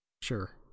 Sure